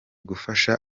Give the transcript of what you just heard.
gufasha